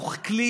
הוא כלי